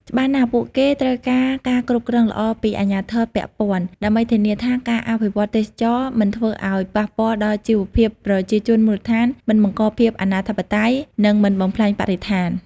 ច្បាស់ណាស់ពួកគេ ត្រូវការការគ្រប់គ្រងល្អពីអាជ្ញាធរពាក់ព័ន្ធ ដើម្បីធានាថាការអភិវឌ្ឍទេសចរណ៍មិនធ្វើឱ្យប៉ះពាល់ដល់ជីវភាពប្រជាជនមូលដ្ឋាន មិនបង្កភាពអនាធិបតេយ្យ និងមិនបំផ្លាញបរិស្ថាន។